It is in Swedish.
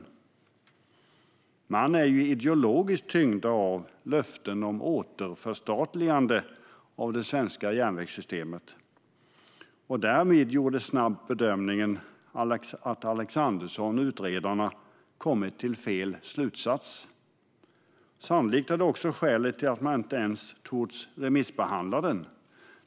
Regeringen är ideologiskt tyngd av löften om återförstatligande av det svenska järnvägssystemet, och därför gjordes snabbt bedömningen att Alexandersson och de andra utredarna hade dragit fel slutsats. Sannolikt är detta också skälet till att man inte har vågat remissbehandla utredningen.